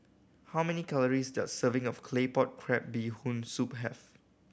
how many calories does a serving of Claypot Crab Bee Hoon Soup have